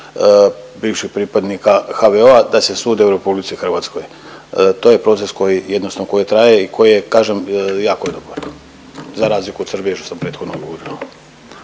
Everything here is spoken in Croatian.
bivših pripadnika HVO-a da se sude u Republici Hrvatskoj. To je proces koji, jednostavno koji traje i koji je kažem jako je dobar za razliku od Srbije što sam prethodno govorio.